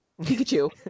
Pikachu